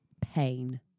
pain